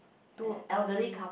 two elderly